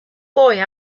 boy